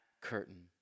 curtain